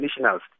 nationals